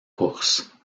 course